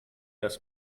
das